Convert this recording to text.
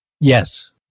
Yes